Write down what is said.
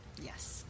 Yes